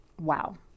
wow